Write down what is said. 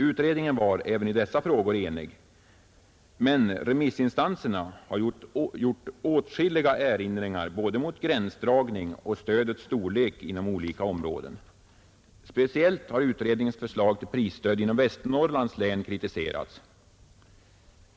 Utredningen var även i dessa frågor enig, men remissinstanserna har gjort åtskilliga erinringar både mot gränsdragning och mot stödets storlek inom olika områden. Speciellt har utredningens förslag till prisstöd inom Västernorrlands län kritiserats.